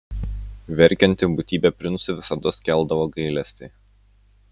verkianti būtybė princui visados keldavo gailestį